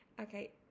okay